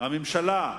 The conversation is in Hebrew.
ואת הממשלה,